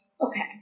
Okay